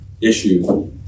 issue